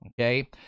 okay